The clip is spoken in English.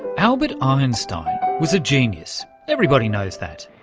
albert einstein was a genius, everybody knows that.